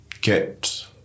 get